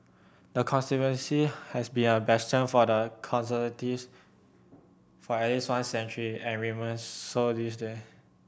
the constituency has been a bastion for the Conservatives for at least one century and remains so this day